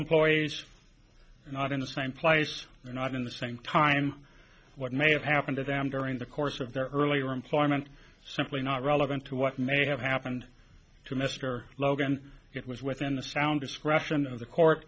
employees not in the same place or not in the same time what may have happened to them during the course of their earlier employment simply not relevant to what may have happened to mr logan it was within the sound discretion of the court